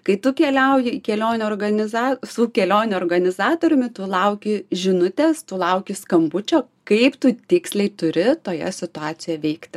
kai tu keliauji į kelionę organiza su kelionių organizatoriumi tu lauki žinutės tu lauki skambučio kaip tu tiksliai turi toje situacijoje veikti